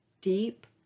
deep